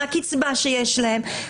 מהקצבה שיש להם?